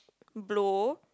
blow